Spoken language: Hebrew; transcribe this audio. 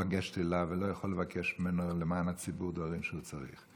לגשת אליו ולא יכול לבקש ממנו למען הציבור דברים שהוא צריך.